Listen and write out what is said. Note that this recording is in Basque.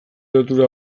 lotura